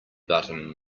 button